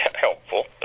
Helpful